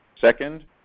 Second